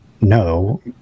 no